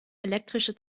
elektrische